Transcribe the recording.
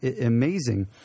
amazing